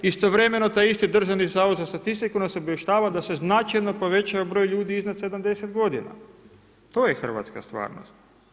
Istovremeno taj isti Državni zavod za statistiku nas obavještava da se značajno povećao broj ljudi iznad 70 g. To je hrvatska stvarnost.